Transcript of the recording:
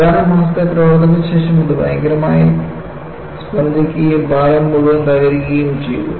ഏതാനും മാസത്തെ പ്രവർത്തനത്തിന് ശേഷം അത് ഭയങ്കരമായി സ്പന്ദിക്കുകയും പാലം മുഴുവൻ തകരുകയും ചെയ്തു